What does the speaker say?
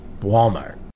Walmart